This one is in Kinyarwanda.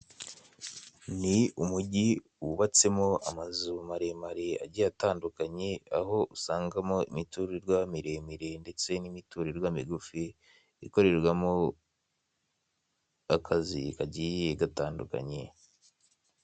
Ni umugi wubatsemo amazu maremare agiye atandukanye aho usangamo imiturirwa miremire ndetse n'imiturirwa migufi ikorerwamo akazi kagiye gatandukanye.